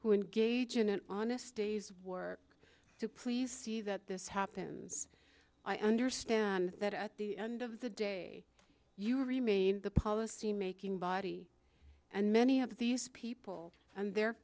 who engage in an honest day's work to please that this happens i understand that at the end of the day you remain the policymaking body and many of these people and their